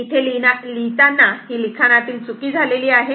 इथे लिहिताना ही लिखाणातील चुकी झालेली आहे